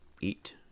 Eat